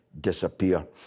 disappear